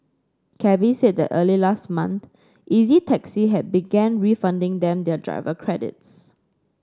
Cabbies said that early last month Easy Taxi had began refunding them their driver credits